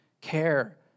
care